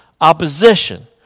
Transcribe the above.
Opposition